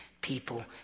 people